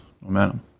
momentum